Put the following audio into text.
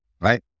right